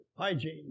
Hygiene